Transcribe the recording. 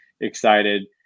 excited